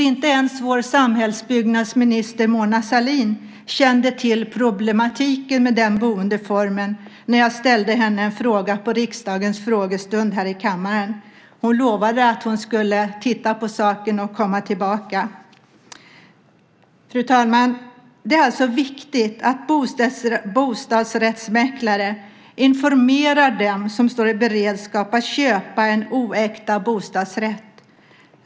Inte ens vår samhällsbyggnadsminister Mona Sahlin kände till problematiken med den boendeformen när jag ställde henne en fråga på riksdagens frågestund här i kammaren. Hon lovade att hon skulle titta på saken och komma tillbaka. Fru talman! Det är alltså viktigt att bostadsrättsmäklare informerar dem som står i beredskap att köpa en oäkta bostadsrätt.